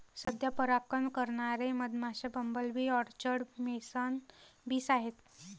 सध्या परागकण करणारे मधमाश्या, bumble bee, orchard mason bees आहेत